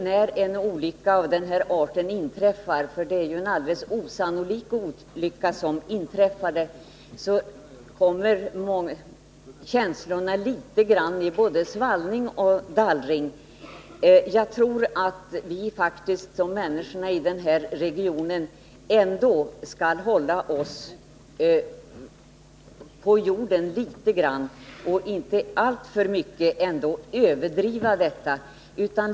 När en olycka av den här arten inträffar — det är ju en osannolik olycka — kommer känslorna i både svallning och dallring. Jag tror att vi liksom människorna i den här regionen skall hålla oss på jorden och inte alltför mycket överdriva problemen.